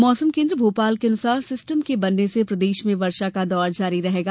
मौसम केन्द्र भोपाल के अनुसार सिस्टम के बनने से प्रदेश में वर्षा का दौर जारी रहेगा